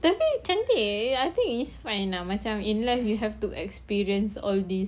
eh tapi cantik I think it's fine ah macam in life you have to experience all these